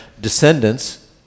descendants